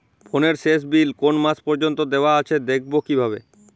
ফোনের শেষ বিল কোন মাস পর্যন্ত দেওয়া আছে দেখবো কিভাবে?